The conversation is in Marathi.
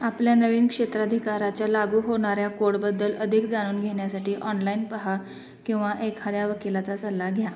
आपल्या नवीन क्षेत्राधिकाराच्या लागू होणाऱ्या कोडबद्दल अधिक जाणून घेण्यासाठी ऑनलाईन पहा किंवा एखाद्या वकिलाचा सल्ला घ्या